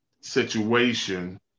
situation